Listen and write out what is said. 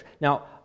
Now